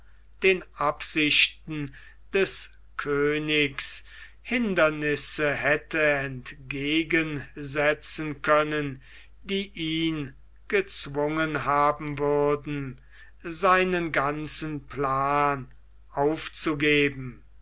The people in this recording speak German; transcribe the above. den absichten des königs hindernisse hätte entgegensetzen können die ihn gezwungen haben würden seinen ganzen plan aufzugeben